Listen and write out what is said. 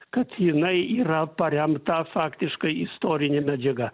kad jinai yra paremta faktiškai istorine medžiaga